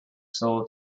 sold